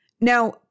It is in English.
Now